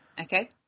Okay